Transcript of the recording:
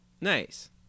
Nice